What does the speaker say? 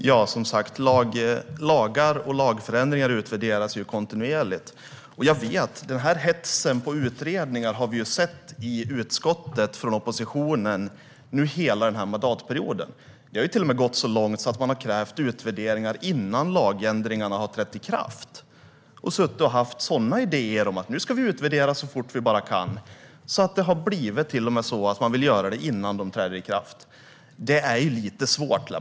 Fru talman! Lagar och lagförändringar utvärderas som sagt kontinuerligt. Oppositionens hets på utredningar har vi sett i utskottet hela den här mandatperioden. Det har till och med gått så långt att man har krävt utvärderingar innan lagändringarna har trätt i kraft. Man har haft idéer om att utvärdera så fort man bara kan. Det har till och med blivit så att man vill göra det innan lagarna trätt i kraft. Det är ju lite svårt.